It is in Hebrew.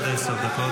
עד עשר דקות